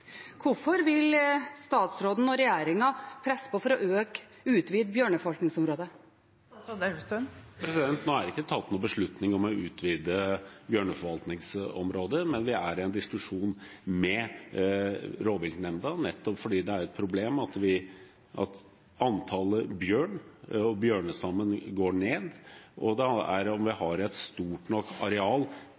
Hvorfor vil statsråden og regjeringen presse på for å utvide bjørneforvaltningsområdet? Nå er det ikke tatt noen beslutning om å utvide bjørneforvaltningsområdet, men vi er i en diskusjon med rovviltnemnda – nettopp fordi det er et problem at antallet bjørn og bjørnestammen går ned – om vi har et stort nok areal